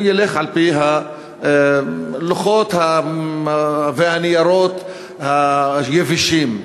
הוא ילך על-פי הלוחות והניירות היבשים.